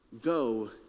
Go